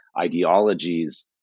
ideologies